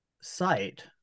site